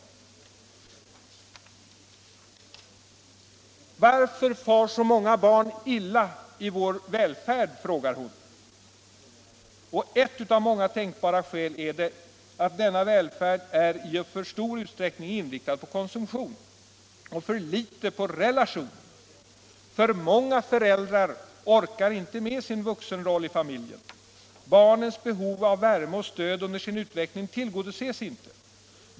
Kristina Humble fortsätter: ”Varför far så många barn illa mitt i vår välfärd? Ett av många tänkbara skäl är, att denna välfärd är i för stor utsträckning inriktad på konsumtion och för lite på relation. För många föräldrar orkar inte med sin vuxenroll i familjen. Barnens behov av värme och stöd under sin utveckling tillgodoses inte.